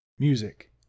Music